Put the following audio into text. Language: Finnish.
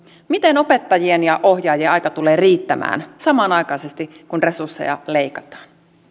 miten opettajien ja ohjaajien aika tulee riittämään kun samanaikaisesti resursseja leikataan